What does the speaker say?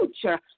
future